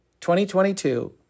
2022